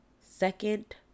Second